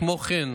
כמו כן,